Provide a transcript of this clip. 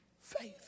faith